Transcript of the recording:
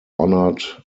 honored